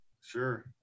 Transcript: sure